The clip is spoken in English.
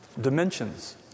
Dimensions